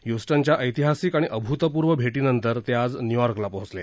ह्यूस्टनच्या ऐतिहासिक आणि अभूतपूर्व भेटीनंतर ते आज न्यूयॉर्कला पोहोचले